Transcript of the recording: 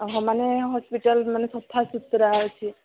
ଓ ହୋ ମାନେ ହସ୍ପିଟାଲ ମାନେ ସଫା ସୁୁତୁରା ଅଛି